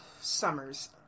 summers